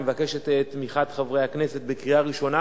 אני מבקש את תמיכת חברי הכנסת בקריאה ראשונה.